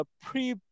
Pre